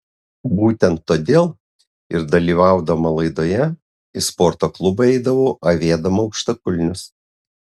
būtent todėl ir dalyvaudama laidoje į sporto klubą eidavau avėdama aukštakulnius